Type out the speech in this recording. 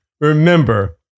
Remember